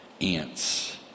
ants